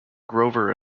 grover